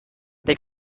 they